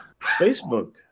Facebook